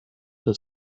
the